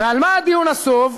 ועל מה הדיון נסב?